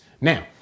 Now